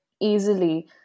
easily